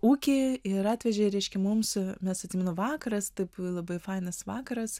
ūkį ir atvežė reiškia mums nes atsimenu vakaras taip labai fainas vakaras